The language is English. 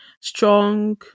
strong